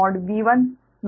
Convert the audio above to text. V 1